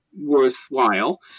worthwhile